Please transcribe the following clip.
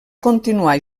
continuar